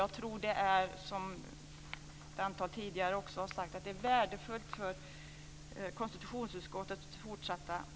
Jag tror att det är värdefullt för konstitutionsutskottets fortsatta arbete.